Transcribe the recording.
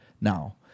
now